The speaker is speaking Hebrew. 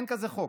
אין כזה חוק.